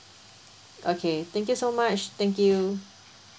okay thank you so much thank you